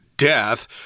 death